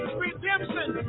redemption